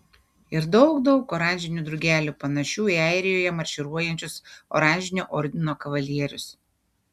ir daug daug oranžinių drugelių panašių į airijoje marširuojančius oranžinio ordino kavalierius